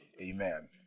Amen